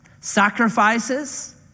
Sacrifices